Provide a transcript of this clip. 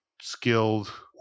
skilled